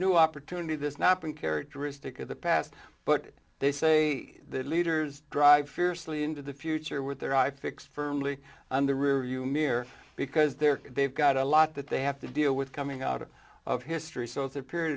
new opportunity this nap in characteristic of the past but they say that leaders drive fiercely into the future with their eye fixed firmly on the rearview mirror because they're they've got a lot that they have to deal with coming out of history so it's a period